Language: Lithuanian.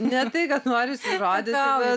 ne tai kad norisi įrodyti bet